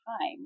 time